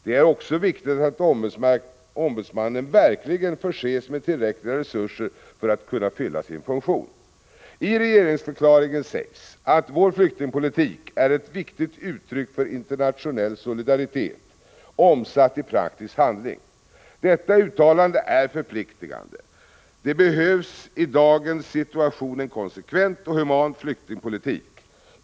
Det är också viktigt att ombudsmannen verkligen förses med tillräckliga resurser för att kunna fylla sin funktion. I regeringsförklaringen sägs att vår flyktingpolitik är ett viktigt uttryck för internationell solidaritet, omsatt i praktisk handling. Detta uttalande är förpliktigande. Det behövs i dagens situation en konsekvent och human flyktingpolitik.